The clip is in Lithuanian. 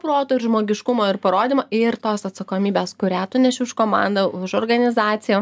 proto ir žmogiškumo ir parodymo ir tos atsakomybės kurią tu neši už komandą už organizaciją